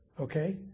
okay